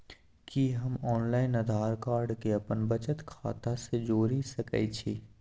कि हम online Aadhaar card के अपन बचत खाता से जोरि सकै छी?